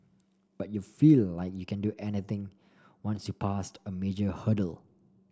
but you feel like you can do anything once you passed a major hurdle